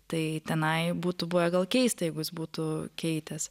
tai tenai būtų buvę gal keista jeigu jis būtų keitęs